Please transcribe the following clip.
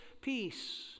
peace